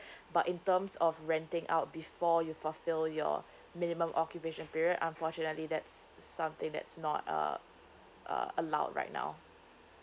but in terms of renting out before you fulfil your minimum occupation period unfortunately that's something that's not uh uh allowed right now